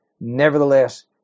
Nevertheless